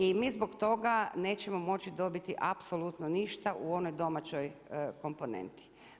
I mi zbog toga nećemo moći dobiti apsolutno ništa u onoj domaćoj komponenti.